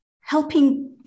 helping